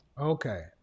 Okay